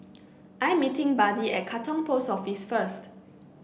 I'm meeting Buddy at Katong Post Office first